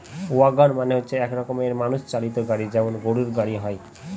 wagon মানে হচ্ছে এক রকমের মানুষ চালিত গাড়ি যেমন গরুর গাড়ি হয়